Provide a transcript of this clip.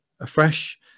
afresh